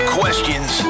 questions